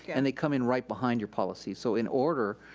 and they come in right behind your policies. so in order,